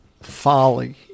folly